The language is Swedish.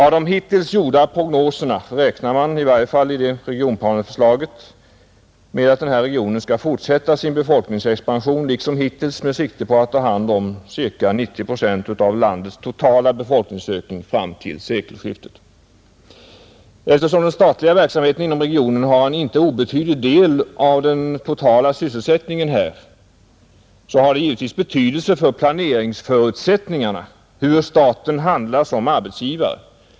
Enligt de hittills gjorda prognoserna räknar man — i varje fall i regionplaneförslaget — med att den här regionen skall fortsätta sin befolkningsexpansion liksom hittills med sikte på att ta hand om ca 90 procent av landets totala befolkningsökning fram till sekelskiftet. Eftersom den statliga verksamheten inom regionen har en inte obetydlig del av den totala sysselsättningen här, så har det givetvis betydelse för planeringsförutsättningarna hur staten handlar som arbetsgivare.